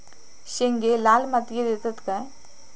शेंगे लाल मातीयेत येतत काय?